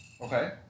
Okay